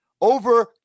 over